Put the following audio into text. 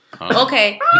Okay